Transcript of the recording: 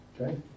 Okay